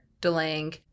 delaying